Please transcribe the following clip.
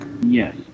Yes